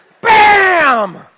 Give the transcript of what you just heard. Bam